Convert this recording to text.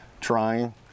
trying